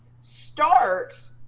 start